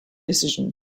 decisions